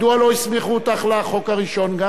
מדוע לא הסמיכו אותך גם לחוק הראשון?